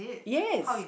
yes